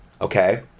okay